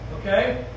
Okay